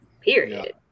period